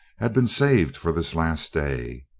had been saved for this last day.